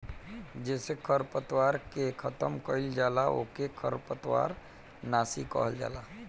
जेसे खरपतवार के खतम कइल जाला ओके खरपतवार नाशी कहल जाला